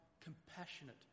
compassionate